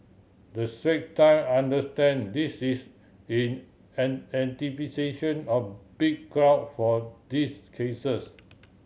the Strait Time understand this is in an anticipation of big crowd for these cases